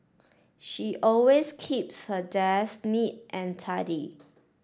she always keeps her desk neat and tidy